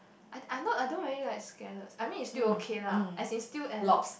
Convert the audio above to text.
I I not I don't really like scallops I mean is still okay lah as in still at a